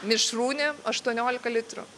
mišrūnė aštuoniolika litrų